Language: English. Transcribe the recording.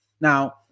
Now